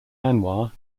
anwar